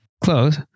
Close